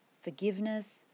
Forgiveness